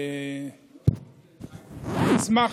אני אשמח,